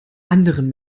anderen